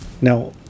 Now